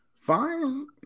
fine